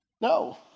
No